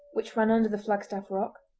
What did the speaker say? which ran under the flagstaff rock,